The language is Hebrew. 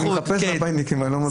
אני מחפש מפא"יניקים ולא מוצא.